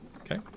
Okay